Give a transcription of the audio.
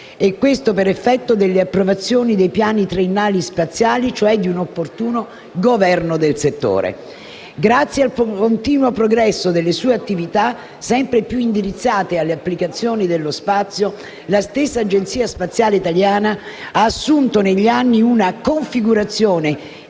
e questo per effetto delle approvazioni dei piani triennali spaziali, cioè di un opportuno governo del settore. Grazie al continuo progresso delle sue attività, sempre più indirizzate alle applicazioni dello spazio, la stessa Agenzia spaziale italiana ha assunto negli anni una configurazione